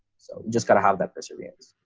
so just gotta have that perseverance.